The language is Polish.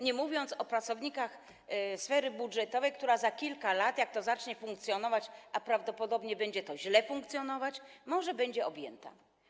Nie mówiąc już o pracownikach sfery budżetowej, która za kilka lat, jak to zacznie funkcjonować, a prawdopodobnie będzie to źle funkcjonować, być może będzie objęta tym projektem.